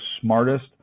smartest